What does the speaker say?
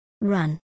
Run